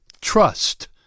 trust